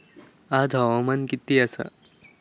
आज हवामान किती आसा?